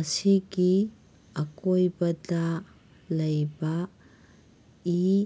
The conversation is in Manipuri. ꯑꯁꯤꯒꯤ ꯑꯀꯣꯏꯕꯗ ꯂꯩꯕ ꯏꯤ